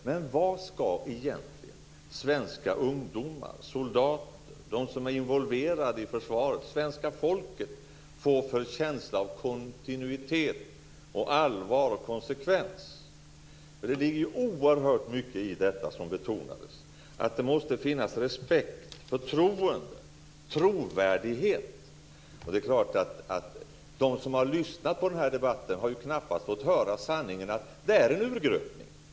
Men vad skall egentligen svenska ungdomar, soldater, de som är involverade i försvaret, ja svenska folket, få för känsla av kontinuitet, allvar och konsekvens? Det ligger ju oerhört mycket i detta som betonades, nämligen att det måste finnas respekt, förtroende och trovärdighet. De som har lyssnat på den här debatten har knappast fått höra sanningen: Det här är en urgröpning.